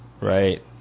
right